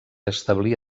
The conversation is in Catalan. establir